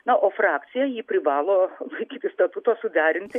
na o frakcija ji privalo laikytis statuto suderinti